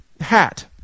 hat